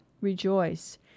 rejoice